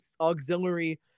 auxiliary